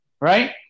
Right